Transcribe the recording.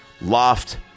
loft